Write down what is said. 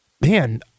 Man